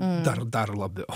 dar dar labiau